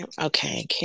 okay